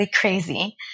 crazy